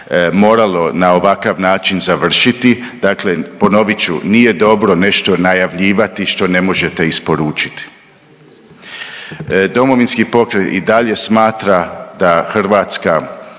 moralo na ovakav način završiti. Dakle, ponovit ću nije dobro nešto najavljivati što ne možete isporučiti. Domovinski pokret i dalje smatra da Hrvatska